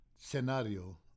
scenario